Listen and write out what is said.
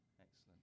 Excellent